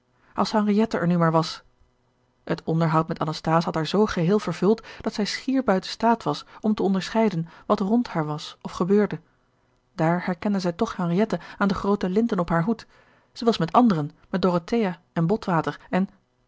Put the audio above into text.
als henriette er nu maar was het onderhoud met anasthase had haar zoo geheel vervuld dat zij schier buiten staat was om te onderscheiden wat rond haar was of gebeurde daar herkende zij toch henriette aan de groote linten op haar hoed zij was met anderen met dorothea en botwater en